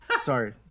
Sorry